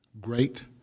great